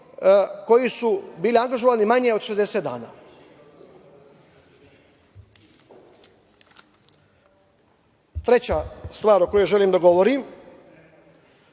koji su bili angažovani manje od 60 dana. Treća stvar o kojoj želim da govorim,